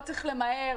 לא צריך למהר.